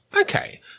Okay